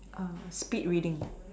err speed reading